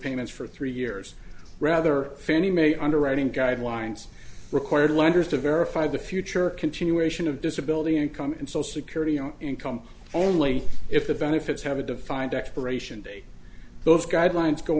payments for three years rather fannie mae underwriting guidelines required lenders to verify the future continuation of disability income and social security on income only if the benefits have a defined expiration date those guidelines go